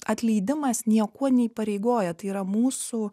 atleidimas niekuo neįpareigoja tai yra mūsų